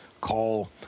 call